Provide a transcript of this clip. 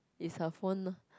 is her phone